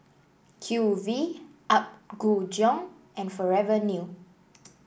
Q V Apgujeong and Forever New